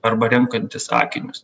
arba renkantis akinius